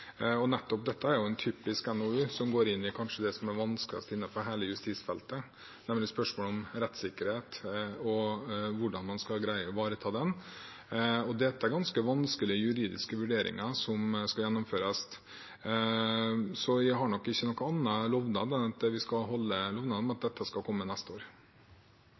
Dette er en typisk NOU, som går inn i det som kanskje er det vanskeligste innenfor hele justisfeltet, nemlig spørsmålet om rettssikkerhet og hvordan man skal greie å ivareta den. Det er ganske vanskelige juridiske vurderinger som skal gjennomføres, så jeg har nok ingen annen lovnad enn at vi skal holde lovnaden om at dette skal komme neste år.